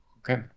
Okay